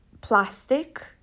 plastic